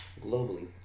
globally